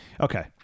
Okay